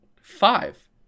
five